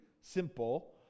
simple